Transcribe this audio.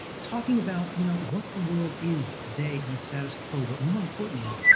talking about you know what the world is today in the status quo, but more importantly,